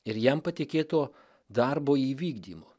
ir jam patikėto darbo įvykdymu